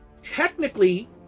technically